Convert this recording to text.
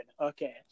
okay